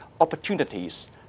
opportunities